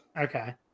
Okay